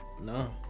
No